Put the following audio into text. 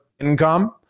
income